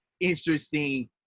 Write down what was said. interesting